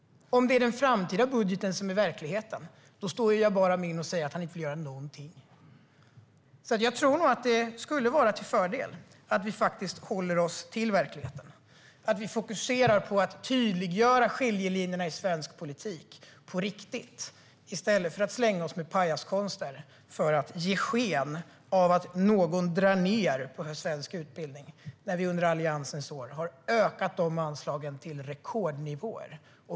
Om det är den framtida budgeten som är verkligheten står Jabar Amin och säger att han inte får göra någonting. Jag tror nog att det skulle vara till fördel att vi håller oss till verkligheten och fokuserar på att tydliggöra skiljelinjerna i svensk politik på riktigt i stället för att slänga oss med pajaskonster för att ge sken av att någon drar ned på svensk utbildning när vi under Alliansens år har ökat anslagen till rekordnivåer.